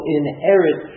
inherit